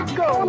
go